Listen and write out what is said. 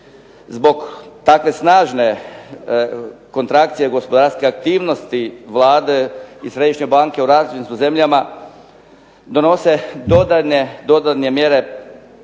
Zbog takve snažne kontrakcije gospodarske aktivnosti Vlade i središnje banke u … /Govornik se ne razumije./… zemljama donose dodatne mjere